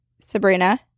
Sabrina